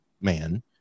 man